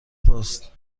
پست